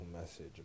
message